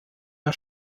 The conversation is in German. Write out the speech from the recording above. der